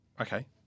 Okay